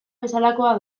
bezalakoa